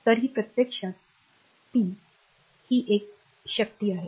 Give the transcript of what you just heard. तर ही प्रत्यक्षात पी ही एक powerशक्ती आहे